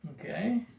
Okay